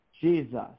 Jesus